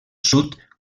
sud